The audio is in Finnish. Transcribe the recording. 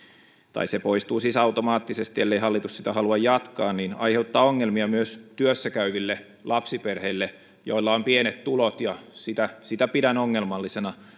tai se poistuu siis automaattisesti ellei hallitus sitä halua jatkaa aiheuttaa ongelmia myös työssäkäyville lapsiperheille joilla on pienet tulot sitä sitä pidän ongelmallisena